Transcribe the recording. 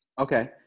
Okay